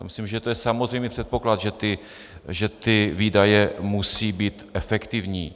Myslím, že to je samozřejmý předpoklad, že ty výdaje musí být efektivní.